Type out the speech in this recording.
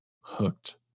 hooked